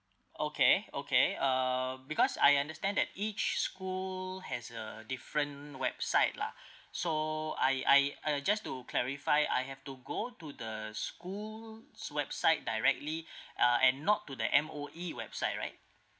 okay okay uh because I understand that each school has a different website lah so I I uh just to clarify I have to go to the school's website directly uh and not to the M_O_E website right